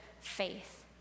faith